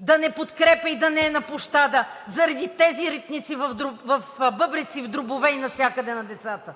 да не подкрепя и да не е на площада, заради тези ритници в бъбреци, в дробове и навсякъде на децата.